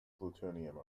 plutonium